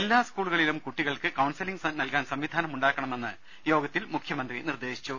എല്ലാ സ്കൂളു കളിലും കൂട്ടികൾക്ക് കൌൺസലിംഗ് നൽകാൻ സംവിധാനം ഉണ്ടാക്കണമെന്ന് യോഗത്തിൽ മുഖ്യമന്ത്രി നിർദ്ദേശിച്ചു